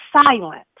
silent